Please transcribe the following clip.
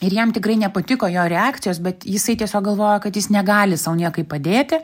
ir jam tikrai nepatiko jo reakcijos bet jisai tiesiog galvoja kad jis negali sau niekaip padėti